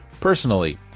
Personally